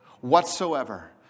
whatsoever